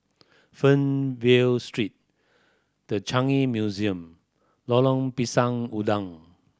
Fernvale Street The Changi Museum Lorong Pisang Udang